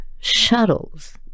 shuttles